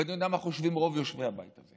ואני יודע מה חושבים רוב יושבי הבית הזה